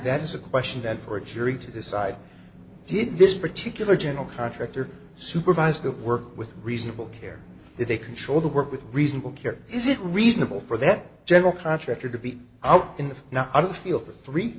that is a question then for a jury to decide did in this particular general contractor supervise that work with reasonable care that they control the work with reasonable care is it reasonable for that general contractor to be out in the now i don't feel for three